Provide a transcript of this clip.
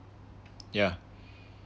yeah